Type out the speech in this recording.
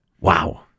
Wow